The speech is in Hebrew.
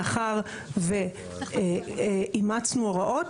מאחר ואימצנו הוראות,